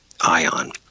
Ion